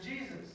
Jesus